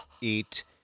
eat